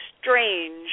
strange